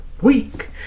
week